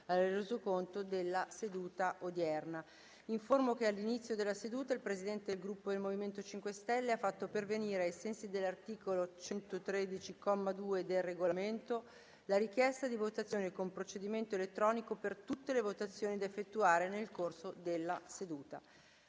Informo l'Assemblea che all'inizio della seduta il Presidente del Gruppo MoVimento 5 Stelle ha fatto pervenire, ai sensi dell'articolo 113, comma 2, del Regolamento, la richiesta di votazione con procedimento elettronico per tutte le votazioni da effettuare nel corso della seduta.